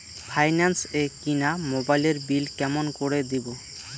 Finance এ কিনা মোবাইলের বিল কেমন করে দিবো?